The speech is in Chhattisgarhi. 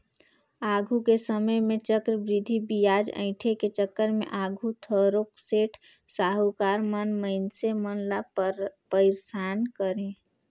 आघु के समे में चक्रबृद्धि बियाज अंइठे के चक्कर में आघु थारोक सेठ, साहुकार मन मइनसे मन ल पइरसान करें